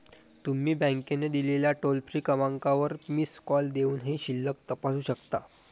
तुम्ही बँकेने दिलेल्या टोल फ्री क्रमांकावर मिस कॉल देऊनही शिल्लक तपासू शकता